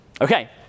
Okay